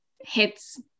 hits